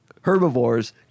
herbivores